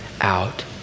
out